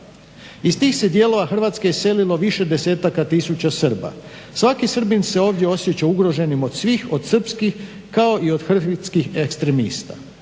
Iz tih se dijelova Hrvatske iselilo više desetaka tisuća Srba. Svaki Srbin se ovdje osjeća ugroženim od svih od srpskih kao i od hrvatskih ekstremista".